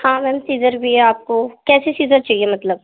ہاں ma'am scissor بھی ہے آپ کو کیسی سیزر چاہیے مطلب